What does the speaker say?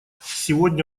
сегодня